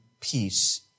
peace